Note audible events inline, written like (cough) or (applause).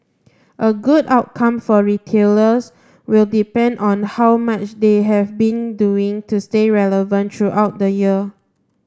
a good outcome for retailers will depend on how much they have been doing to stay relevant (unintelligible) the year